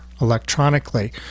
electronically